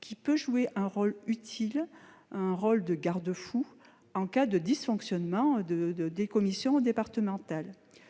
qui peut jouer un utile rôle de garde-fous en cas de dysfonctionnement des commissions départementales,